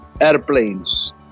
airplanes